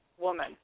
woman